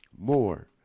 more